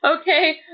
Okay